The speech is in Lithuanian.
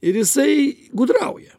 ir jisai gudrauja